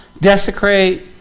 desecrate